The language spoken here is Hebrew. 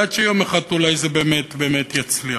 עד שיום אחד אולי זה באמת באמת יצליח.